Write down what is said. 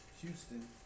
Houston